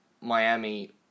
Miami